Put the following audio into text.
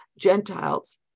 Gentiles